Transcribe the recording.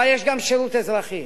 אבל יש גם שירות אזרחי.